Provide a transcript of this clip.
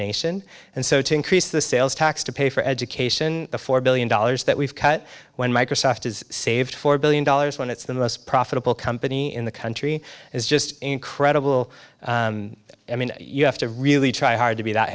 nation and so to increase the sales tax to pay for education the four billion dollars that we've cut when microsoft is saved four billion dollars when it's the most profitable company in the country is just incredible i mean you have to really try hard to be that